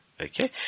okay